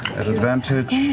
at advantage,